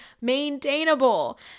maintainable